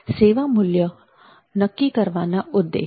સેવા મૂલ્ય નક્કી કરવાના ઉદ્દેશ